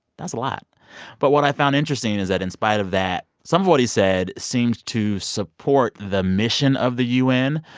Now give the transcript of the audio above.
that's a lot but what i found interesting is that in spite of that, some of what he said seems to support the mission of the u n,